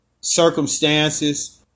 circumstances